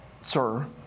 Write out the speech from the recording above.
sir